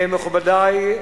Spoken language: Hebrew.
מכובדי,